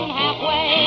halfway